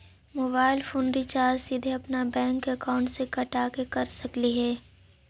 Mobile phone recharge सीधे अपन bank account से कटा के कर सकली ही?